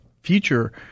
future